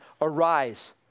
Arise